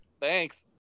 Thanks